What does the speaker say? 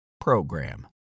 program